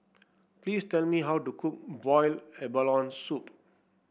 please tell me how to cook Boiled Abalone Soup